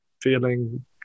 Feeling